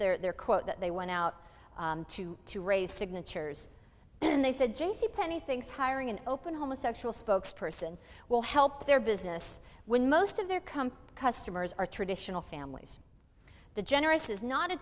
is their quote that they went out to to raise signatures and they said j c penney thinks hiring an open homosexual spokesperson will help their business when most of their come customers are traditional families the generous is not a